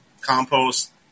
compost